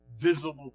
visible